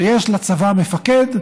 שיש לצבא מפקד,